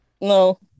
No